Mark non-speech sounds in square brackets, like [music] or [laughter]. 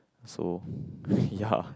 so [breath] ya